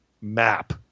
map